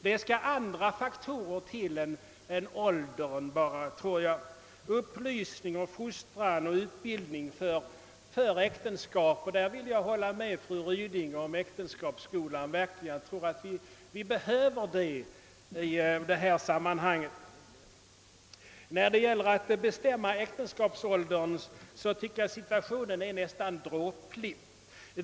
Det skall andra faktorer än åldern till: upplysning, fostran och utbildning för äktenskap. Här vill jag hålla med fru Ryding då hon talar om äktenskapsskola. Jag tror att vi behöver en sådan. När det gäller att bestämma äktenskapsåldern är situationen nästan dråplig.